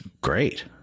great